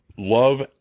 Love